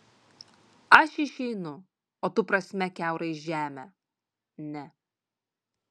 aš išeinu o tu prasmek kiaurai žemę ne